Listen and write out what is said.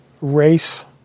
race